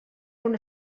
una